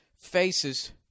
faces